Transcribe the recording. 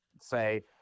say